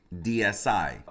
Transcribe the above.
DSI